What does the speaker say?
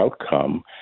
outcome